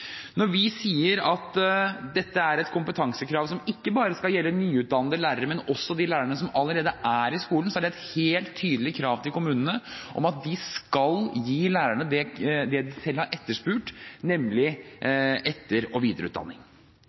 Når vi sier at dette er et kompetansekrav som ikke bare skal gjelde nyutdannede lærere, men også de lærerne som allerede er i skolen, er det et helt tydelig krav til kommunene om at de skal gi lærerne det de selv har etterspurt, nemlig etter- og videreutdanning.